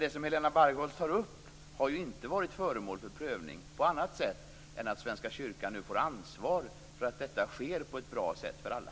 Det som Helena Bargholtz tar upp har inte varit föremål för prövning på annat sätt än att Svenska kyrkan nu får ansvar för att detta sker på ett bra sätt för alla.